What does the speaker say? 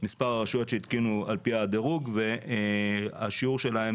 מספר הרשויות שהתקינו על פי הדירוג והשיעור שלהן